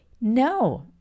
no